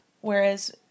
Whereas